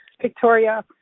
Victoria